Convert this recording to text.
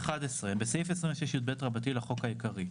"תיקון סעיף 26יב 11. בסעיף 26יב לחוק העיקרי,